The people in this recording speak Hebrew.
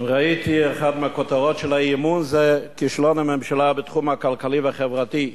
ראיתי אחת מהכותרות של האי-אמון: כישלון הממשלה בתחום הכלכלי והחברתי.